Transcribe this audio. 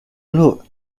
look